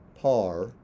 par